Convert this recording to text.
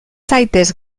zaitez